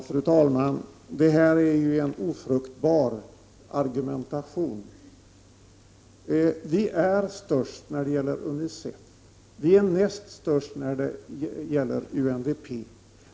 Fru talman! Detta är ju en ofruktbar argumentation. Vi är störst när det gäller Unicef, vi är näst störst när det gäller UNDP.